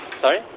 Sorry